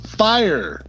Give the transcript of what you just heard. fire